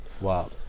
Wow